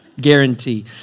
Guarantee